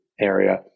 area